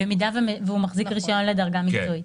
במידה והוא מחזיק רישיון לדרגה מקצועית.